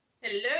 Hello